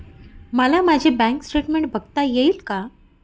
मला माझे bank statement बघता येईल का?